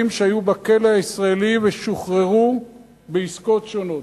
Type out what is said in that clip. שהיו בכלא הישראלי ושוחררו בעסקות שונות.